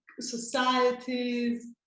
societies